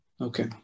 Okay